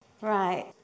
Right